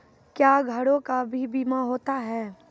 क्या घरों का भी बीमा होता हैं?